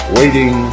waiting